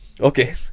Okay